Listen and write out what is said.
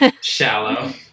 Shallow